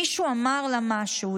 מישהו אמר לה משהו.